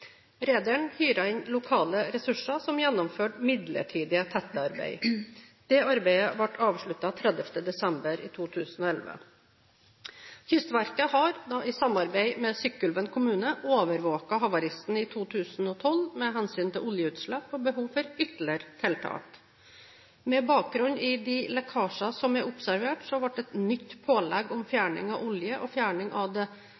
Rederen hyret inn lokale ressurser som gjennomførte midlertidig tettearbeid. Dette arbeidet ble avsluttet 30. desember 2011. Kystverket har i samarbeid med Sykkylven kommune overvåket havaristen i 2012 med hensyn til oljeutslipp og behov for ytterligere tiltak. Med bakgrunn i de lekkasjer som er observert, ble et nytt pålegg om fjerning av olje og fjerning av det